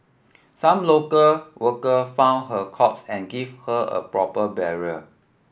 some local worker found her corpse and gave her a proper burial